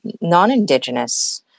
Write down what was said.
non-Indigenous